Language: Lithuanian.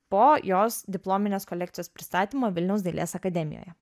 po jos diplominės kolekcijos pristatymo vilniaus dailės akademijoje